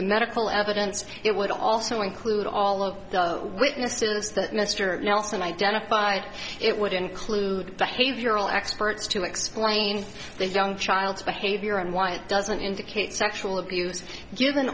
the medical evidence it would also include all of the witness to us that mr nelson identified it would include behavioral experts to explain this young child's behavior and why it doesn't indicate sexual abuse given